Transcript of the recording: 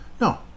No